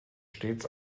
stets